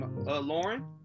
Lauren